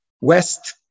west